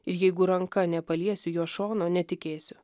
ir jeigu ranka nepaliesiu jo šono netikėsiu